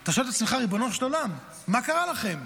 אתה שואל את עצמך: ריבונו של עולם, מה קרה להם?